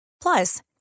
Plus